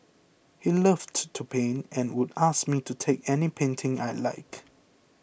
he loved to paint and would ask me to take any painting I liked